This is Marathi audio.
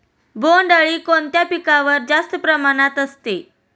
बोंडअळी कोणत्या पिकावर जास्त प्रमाणात असते?